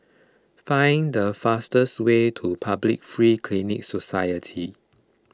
find the fastest way to Public Free Clinic Society